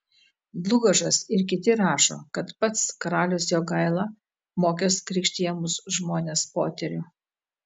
dlugošas ir kiti rašo kad pats karalius jogaila mokęs krikštijamus žmones poterių